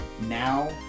Now